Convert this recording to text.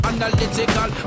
Analytical